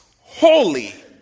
holy